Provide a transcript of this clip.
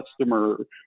customer